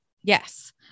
Yes